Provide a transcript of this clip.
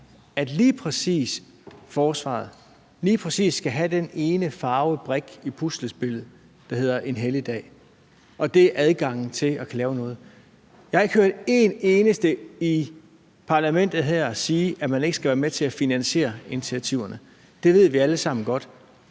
at lige præcis forsvaret skal have den ene farvede brik i puslespillet, der hedder en helligdag, og at det er adgangen til at kunne lave noget. Jeg har ikke hørt en eneste i parlamentet her sige, at man ikke vil være med til at finansiere initiativerne. Det vil vi alle sammen godt.